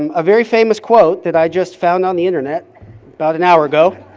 um a very famous quote that i just found on the internet about an hour ago